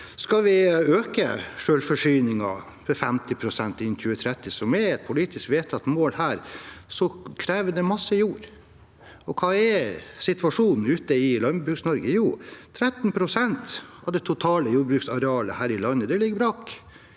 Skal vi øke selvforsyningen til 50 pst. innen 2030, som er et politisk vedtatt mål her, krever det en masse jord. Og hva er situasjonen ute i Landbruks-Norge? Jo, 13 pst. av det totale jordbruksarealet her i landet ligger brakk.